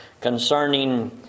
concerning